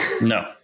No